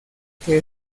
que